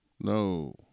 No